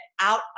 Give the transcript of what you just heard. out